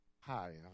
Hi